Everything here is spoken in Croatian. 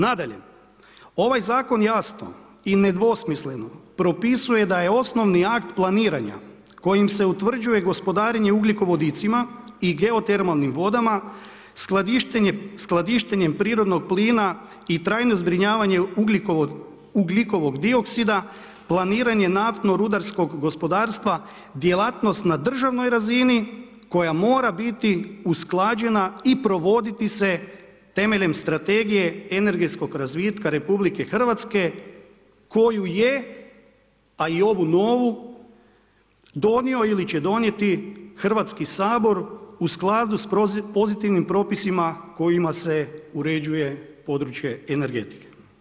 Nadalje, ovaj zakon jasno i nedvosmisleno propisuje da je osnovni akt planiranja kojim se utvrđuje gospodarenje ugljikovodicima i geotermalnim vodama skladištenjem prirodnog plina i trajno zbrinjavanje ugljikovog dioksida, planiranje naftno-rudarskog gospodarstva djelatnost na državnoj razini koja mora biti usklađena i provoditi se temeljem Strategije energetskog razvitka RH koju je, a i ovu novu donio ili će donijeti Hrvatski sabor u skladu s pozitivnim propisima kojima se uređuje područje energetike.